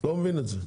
לא מבין את זה.